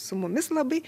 su mumis labai